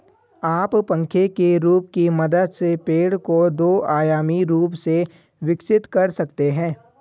आप पंखे के रूप की मदद से पेड़ को दो आयामी रूप से विकसित कर सकते हैं